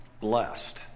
blessed